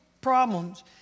problems